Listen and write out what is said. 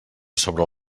sobre